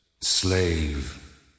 Slave